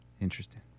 Interesting